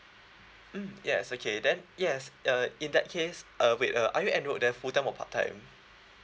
mm yes okay then yes uh in that case uh wait uh are you enrolled there full time or part time